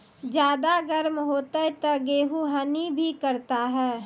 ज्यादा गर्म होते ता गेहूँ हनी भी करता है?